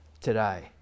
Today